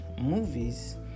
movies